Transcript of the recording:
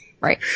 Right